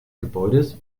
gebäudes